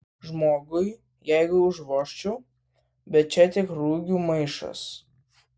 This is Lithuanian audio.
žmogui jeigu užvožčiau bet čia tik rugių maišas